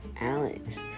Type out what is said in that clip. Alex